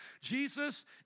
Jesus